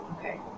Okay